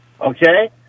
okay